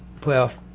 playoff